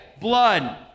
blood